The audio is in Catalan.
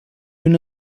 una